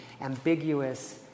ambiguous